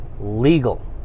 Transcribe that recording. legal